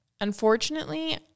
Unfortunately